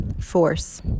force